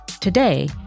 Today